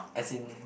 as in